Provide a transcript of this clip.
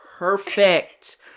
Perfect